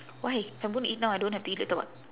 why I'm gonna eat now I don't have to eat later [what]